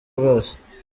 rwose